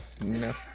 no